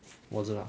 wasn't ah